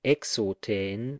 Exoten